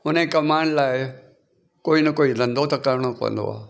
उनखे कमाइण लाइ कोई न कोई धंधो त करिणो पवंदो आहे